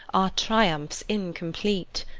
our triumphs incomplete,